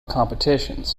competitions